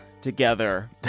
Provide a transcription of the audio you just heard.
together